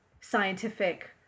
scientific